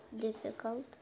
difficult